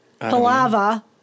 Palava